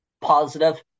positive